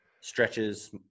stretches